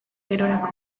gerorako